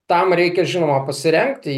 tam reikia žinoma pasirengti